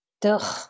Duh